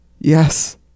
Yes